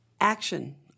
action